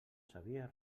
sabia